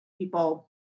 people